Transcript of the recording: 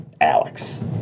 Alex